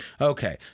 Okay